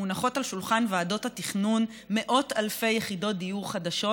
מונחות על שולחן ועדות התכנון מאות אלפי יחידות דיור חדשות,